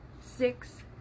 six